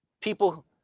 people